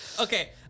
Okay